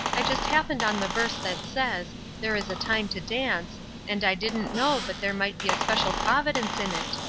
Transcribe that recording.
i just happened on the verse that says there is a time to dance and i didn't know but there might be a special providence in it.